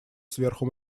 сверху